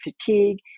fatigue